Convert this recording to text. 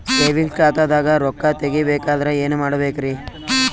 Savings ಖಾತಾದಾಗ ರೊಕ್ಕ ತೇಗಿ ಬೇಕಾದರ ಏನ ಮಾಡಬೇಕರಿ?